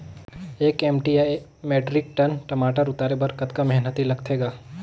एक एम.टी या metric ton टमाटर उतारे बर कतका मेहनती लगथे ग?